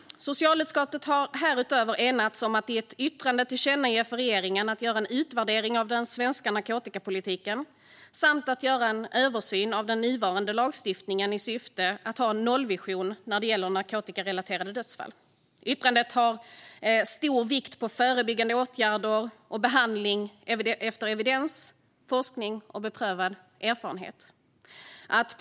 Socialutskottet har härutöver enats om att i ett yttrande tillkännage för regeringen att man bör göra en utvärdering av den svenska narkotikapolitiken samt en översyn av den nuvarande lagstiftningen i syfte att ha en nollvision när det gäller narkotikarelaterade dödsfall. Yttrandet har stor vikt på förebyggande åtgärder och behandling efter evidens, forskning och beprövad erfarenhet.